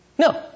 No